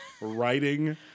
writing